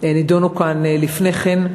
שנדונו כאן לפני כן.